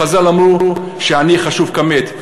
חז"ל אמרו שעני חשוב כמת,